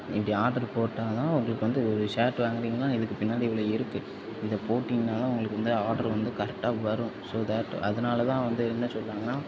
இப்படி ஆர்டர் போட்டா தான் உங்களுக்கு வந்து ஒரு ஷர்ட் வாங்குனீங்கன்னா இதுக்கு பின்னாடி இவ்வளோ இருக்கு இதை போட்டீங்கன்னா தான் உங்களுக்கு வந்து ஆர்டர் வந்து கரெக்டாக வரும் ஸோ தட் அதனால தான் வந்து என்ன சொல்லுறாங்கன்னா